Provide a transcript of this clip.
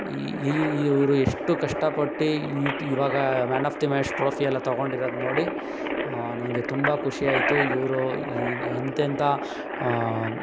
ಈ ಇವರು ಎಷ್ಟು ಕಷ್ಟಪಟ್ಟು ಇವಾಗ ಮ್ಯಾನ್ ಆಫ್ ದಿ ಮ್ಯಾಚ್ ಟ್ರೋಫಿಯೆಲ್ಲ ತೊಗೊಂಡಿರೋದು ನೋಡಿ ನನಗೆ ತುಂಬ ಖುಷಿಯಾಯಿತು ಇವರು ಎಂಥೆಂಥ